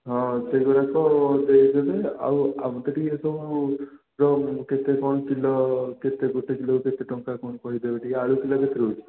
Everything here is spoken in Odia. ହଁ ସେଗୁଡ଼ିକ ଦେଇ ଦେବେ ଆଉ ମୋତେ ଟିକେ ସବୁ ଯେଉଁ କେତେ କ'ଣ କିଲୋ କେତେ ଗୋଟେ କିଲୋକୁ କେତେ ଟଙ୍କା କ'ଣ କହିଦେବେ ଟିକେ ଆଳୁ କିଲୋ କେତେ ରହୁଛି